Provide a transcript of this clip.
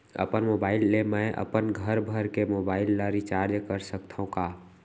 अपन मोबाइल ले मैं अपन घरभर के मोबाइल ला रिचार्ज कर सकत हव का?